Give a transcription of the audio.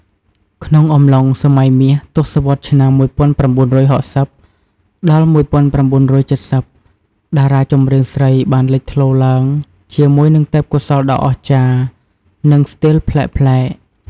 ក្នុងអំឡុងសម័យមាស ទសវត្សរ៍ឆ្នាំ ១៩៦០ ដល់ ១៩៧០ តារាចម្រៀងស្រីបានលេចធ្លោឡើងជាមួយនឹងទេពកោសល្យដ៏អស្ចារ្យ និងស្ទីលប្លែកៗ។